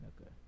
Okay